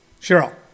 cheryl